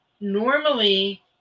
normally